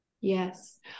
Yes